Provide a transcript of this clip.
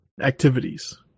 activities